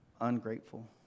Ungrateful